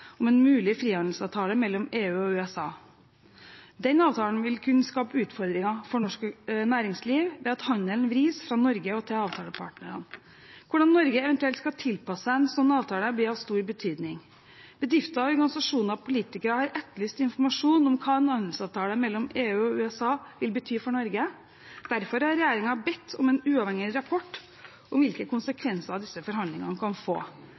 om en mulig frihandelsavtale mellom EU og USA. Den avtalen vil kunne skape utfordringer for norsk næringsliv ved at handelen vris fra Norge og til avtalepartene. Hvordan Norge eventuelt skal tilpasse seg en slik avtale, blir av stor betydning. Bedrifter, organisasjoner og politikere har etterlyst informasjon om hva en handelsavtale mellom EU og USA vil bety for Norge. Derfor har regjeringen bedt om en uavhengig rapport om hvilke konsekvenser disse forhandlingene kan få.